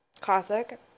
Classic